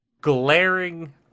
Glaring